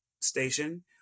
station